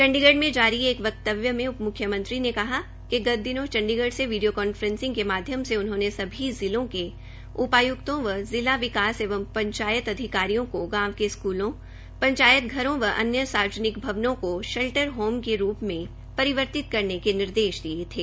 चंडीगढ़ में जारी एक वक्तव्य में उपमुख्यमंत्री ने कहा कि गत दिनों चण्डीगढ़ से वीडियो कांफ्रेसिंग के माध्यम से उन्होंने सभी जिलों के उपायक्तों व जिला विकास एवं पंचायत अधिकारियों को गांव के स्कूलों पंचायत घरों व अन्य सार्वजनिक भवनों को शेल्टर होम के रूप में परिवर्तित करने के निर्देश दिए थे